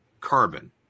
carbon